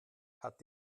hat